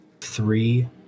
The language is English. three